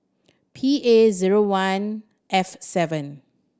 P A zero one F seven